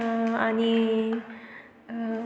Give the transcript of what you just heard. आनी